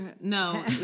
No